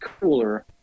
cooler